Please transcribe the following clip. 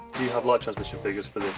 do you have light transmission figures for